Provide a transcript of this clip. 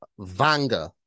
Vanga